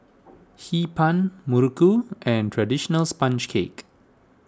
Hee Pan Muruku and Traditional Sponge Cake